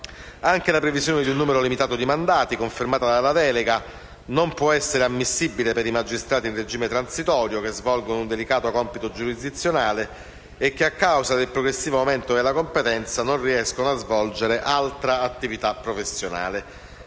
Anche la previsione di un numero limitato di mandati, confermata dalla delega, non può essere ammissibile per i magistrati in regime transitorio, che svolgono un delicato compito giurisdizionale e che a causa del progressivo aumento della competenza non riescono a svolgere altra attività professionale.